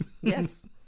yes